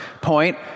point